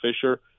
Fisher